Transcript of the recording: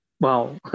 Wow